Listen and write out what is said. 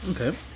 Okay